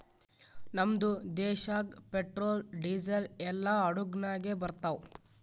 ನಮ್ದು ದೇಶಾಗ್ petrol, diesel ಎಲ್ಲಾ ಹಡುಗ್ ನಾಗೆ ಬರ್ತಾವ್